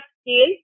scale